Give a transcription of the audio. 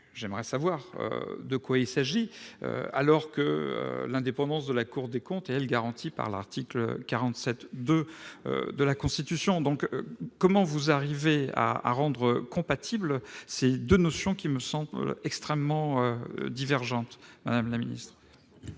J'aimerais savoir de quoi il s'agit, alors que l'indépendance de la Cour des comptes est garantie par l'article 47-2 de la Constitution. Comment arrivez-vous à rendre compatibles ces deux notions, qui me semblent extrêmement divergentes, madame la secrétaire